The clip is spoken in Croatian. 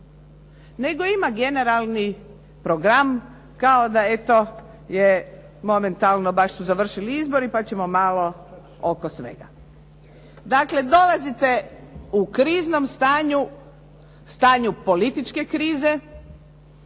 nego ima generalni program kao da eto je momentalno baš su završili izbori pa ćemo malo oko svega. Dakle, dolazite u kriznom stanju, stanju političke krize,